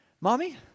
Mommy